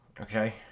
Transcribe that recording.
Okay